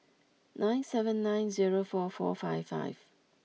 nine seven nine zero four four five five